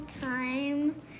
time